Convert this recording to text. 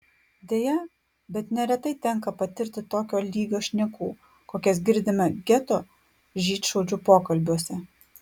deja bet neretai tenka patirti tokio lygio šnekų kokias girdime geto žydšaudžių pokalbiuose